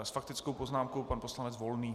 S faktickou poznámkou pan poslanec Volný.